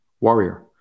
warrior